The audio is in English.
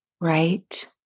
right